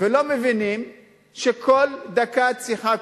ולא מבינים שעל כל דקת שיחה,